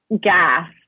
gas